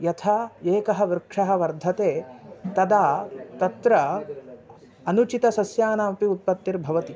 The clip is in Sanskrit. यथा एकः वृक्षः वर्धते तदा तत्र अनुचितसस्यानामपि उत्पत्तिर्भवति